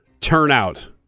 turnout